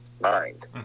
mind